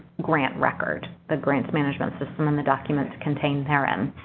grant record, the grants management system and the documents contained herein.